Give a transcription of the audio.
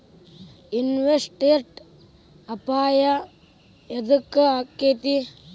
Investment ಅಪಾಯಾ ಯದಕ ಅಕ್ಕೇತಿ?